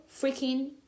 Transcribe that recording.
freaking